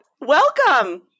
Welcome